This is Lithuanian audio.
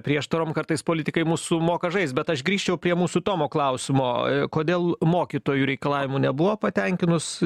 prieštarom kartais politikai mūsų moka žaist bet aš grįžčiau prie mūsų tomo klausimo kodėl mokytojų reikalavimų nebuvo patenkinus